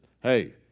hey